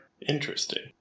Interesting